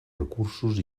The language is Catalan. recursos